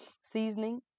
seasoning